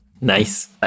nice